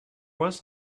was